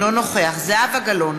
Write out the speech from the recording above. אינו נוכח זהבה גלאון,